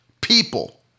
people